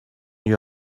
you